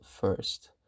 first